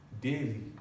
daily